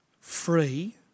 free